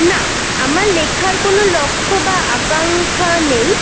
না আমার লেখার কোনো লক্ষ্য বা আকাঙ্ক্ষা নেই